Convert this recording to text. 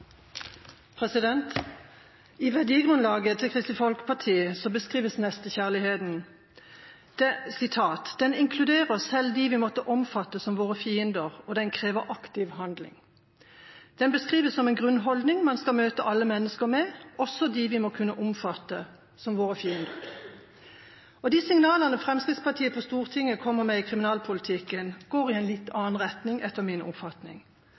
I verdigrunnlaget til Kristelig Folkeparti beskrives nestekjærligheten: «Den inkluderer selv de vi måtte oppfatte som våre fiender, og den krever aktiv handling.» Den beskrives som en grunnholdning man skal møte alle mennesker med, også dem vi må kunne oppfatte som våre fiender. De signalene Fremskrittspartiet på Stortinget kommer med i kriminalpolitikken, går i en litt annen retning, etter min oppfatning.